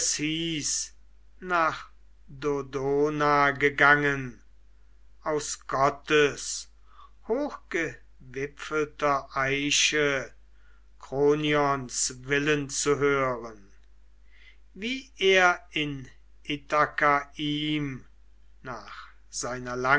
nach dodona gegangen aus gottes hochgewipfelter eiche kronions willen zu hören wie er in ithaka ihm nach seiner